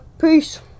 Peace